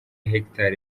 hegitari